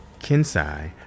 Kensai